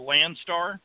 Landstar